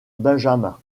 benjamin